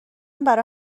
برای